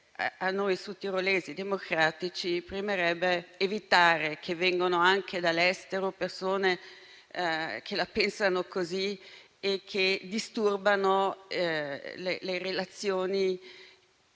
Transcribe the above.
a noi sudtirolesi democratici premerebbe evitare che vengano anche dall'estero persone che la pensano così e che disturbano le relazioni amichevoli